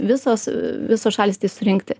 visos visos šalys tai surinkti